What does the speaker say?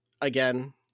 again